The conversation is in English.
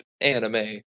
anime